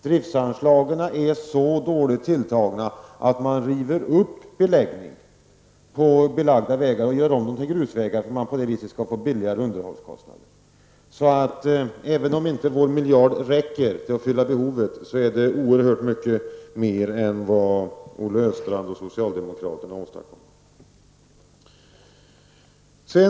Driftsanslagen är så dåligt tilltagna att man river upp beläggning på belagda vägar och gör om dem till grusvägar för att på så sätt få lägre underhållskostnader. Även om vår miljard inte räcker till för att fylla behovet är det oerhört mycket mer än vad Olle Östrand och socialdemokraterna åstadkommer.